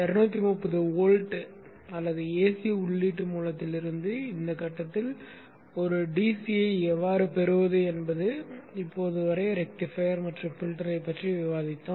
230 volt அல்லது AC உள்ளீட்டு மூலத்திலிருந்து இந்த கட்டத்தில் ஒரு டிசியை எவ்வாறு பெறுவது என்பது இப்போது வரை ரெக்டிஃபையர் மற்றும் ஃபில்டரைப் பற்றி விவாதித்தோம்